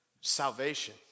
salvation